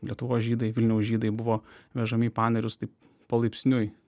lietuvos žydai vilniaus žydai buvo vežami į panerius taip palaipsniui